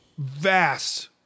vast